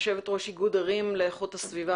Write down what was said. יושבת ראש איגוד ערים לאיכות הסביבה,